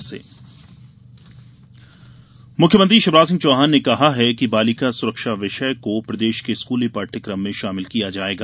CM Indore मुख्यमंत्री शिवराज सिंह चौहान ने कहा है कि बालिका सुरक्षा विषय को प्रदेश के स्कूली पाठ्यकम में शामिल किया जायेगा